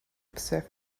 observe